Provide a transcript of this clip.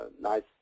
nice